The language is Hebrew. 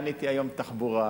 עניתי היום כשר התחבורה,